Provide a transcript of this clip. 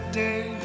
day